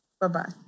Bye-bye